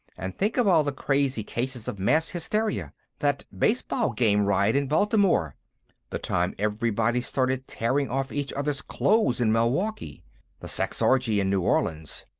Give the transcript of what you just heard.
and think of all the crazy cases of mass-hysteria that baseball-game riot in baltimore the time everybody started tearing off each others' clothes in milwaukee the sex-orgy in new orleans.